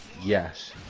Yes